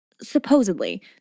supposedly